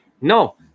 no